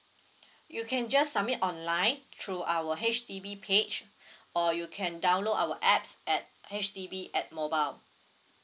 you can just submit online through our H_D_B page or you can download our apps at H_D_B at mobile